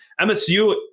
MSU